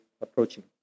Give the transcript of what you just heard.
approaching